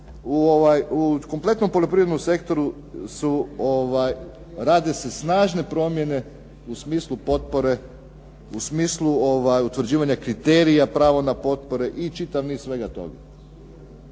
u kompletnom poljoprivrednom sektoru rade se snažne promjene u smislu potpore, u smislu utvrđivanja kriterija prava na potpore i čitav niz svega toga.